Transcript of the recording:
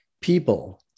People